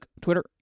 Twitter